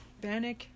Bannock